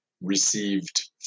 received